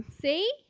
See